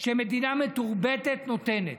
שמדינה מתורבתת נותנת,